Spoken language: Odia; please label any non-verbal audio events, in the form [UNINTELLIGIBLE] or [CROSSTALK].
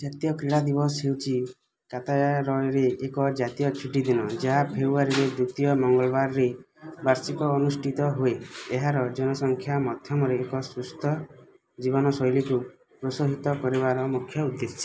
ଜାତୀୟ କ୍ରୀଡ଼ା ଦିବସ ହେଉଛି [UNINTELLIGIBLE] ରେ ଏକ ଜାତୀୟ ଛୁଟିଦିନ ଯାହା ଫେବୃଆରୀରେ ଦ୍ୱିତୀୟ ମଙ୍ଗଳବାରରେ ବାର୍ଷିକ ଅନୁଷ୍ଠିତ ହୁଏ ଏହାର ଜନସଂଖ୍ୟା ମଧ୍ୟରେ ଏକ ସୁସ୍ଥ ଜୀବନଶୈଳୀକୁ ପ୍ରୋତ୍ସାହିତ କରିବାର ମୁଖ୍ୟ ଉଦ୍ଦେଶ୍ୟ